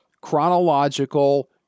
chronological